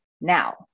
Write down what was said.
now